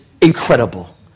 incredible